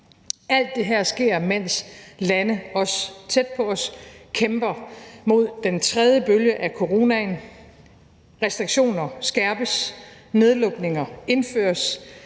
Alt det her sker, mens lande, også tæt på os, kæmper mod den tredje bølge af coronaen. Restriktioner skærpes, nedlukninger indføres.